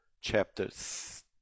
chapters